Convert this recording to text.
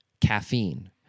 caffeine